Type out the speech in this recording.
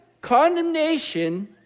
condemnation